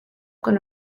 con